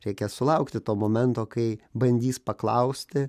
reikia sulaukti to momento kai bandys paklausti